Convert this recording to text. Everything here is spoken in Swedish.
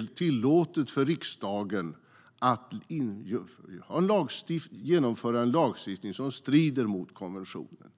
är tillåtet för riksdagen att införa lagstiftning som strider mot konventionen.